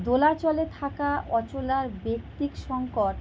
দোলাচলে থাকা অচলার ব্যক্তিক সংকট